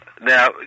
Now